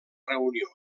reunió